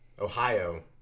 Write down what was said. Ohio